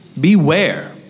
beware